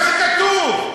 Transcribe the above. זה מה שכתוב.